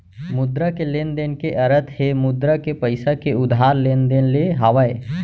मुद्रा के लेन देन के अरथ हे मुद्रा के पइसा के उधार लेन देन ले हावय